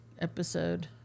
episode